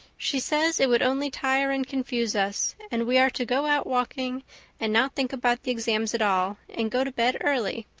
she says it would only tire and confuse us and we are to go out walking and not think about the exams at all and go to bed early.